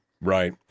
Right